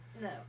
No